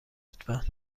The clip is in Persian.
لطفا